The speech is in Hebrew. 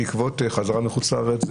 בעקבות חזרה מחוץ לארץ,